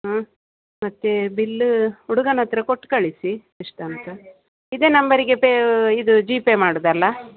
ಹ್ಞೂ ಮತ್ತು ಬಿಲ್ಲು ಹುಡುಗನ ಹತ್ರ ಕೊಟ್ಟು ಕಳಿಸಿ ಎಷ್ಟು ಅಂತ ಇದೆ ನಂಬರಿಗೆ ಪೇ ಇದು ಜಿಪೇ ಮಾಡುವುದಲ್ಲ